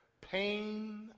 pain